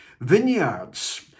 vineyards